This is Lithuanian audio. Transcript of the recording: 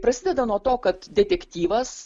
prasideda nuo to kad detektyvas